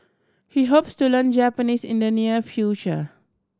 he hopes to learn Japanese in the near future